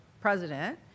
president